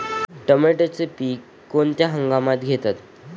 टोमॅटोचे पीक कोणत्या हंगामात घेतात?